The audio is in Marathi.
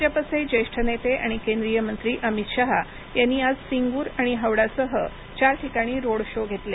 भाजपाचे ज्येष्ठ नेते आणि केंद्रीय मंत्री अमित शहा यांनी आज सिंगूर आणि हावडा सह चार ठिकाणी रोड शो घेतले